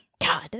God